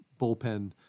bullpen